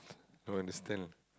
don't understand